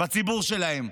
בציבור שלהם,